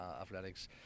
athletics